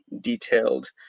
detailed